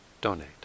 donate